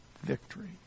victory